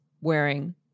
wearing